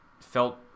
felt